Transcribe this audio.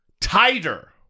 tighter